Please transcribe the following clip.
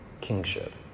kingship